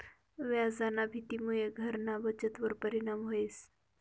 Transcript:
व्याजना भीतीमुये घरना बचतवर परिणाम व्हस